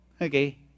okay